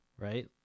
Right